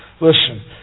Listen